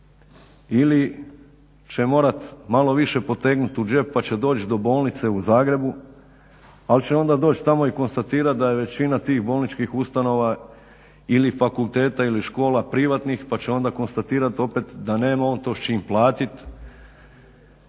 ili će morati malo više potegnuti u džep pa će doći do bolnice u Zagrebu ali će onda doći tamo i konstatirati da je većina tih bolničkih ustanova ili fakulteta ili škola privatnih pa će onda konstatirati opet da nema on to s čime platiti.